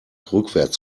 rückwärts